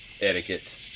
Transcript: etiquette